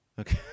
Okay